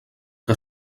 que